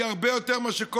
זה הרבה יותר מכל עובד,